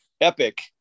epic